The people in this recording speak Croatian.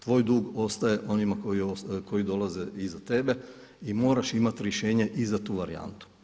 Tvoj dug ostaje onima koji dolaze iza tebe i moraš imati rješenje i za tu varijantu.